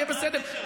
יהיה בסדר,